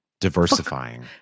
Diversifying